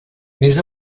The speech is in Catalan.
més